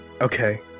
okay